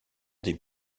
des